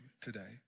today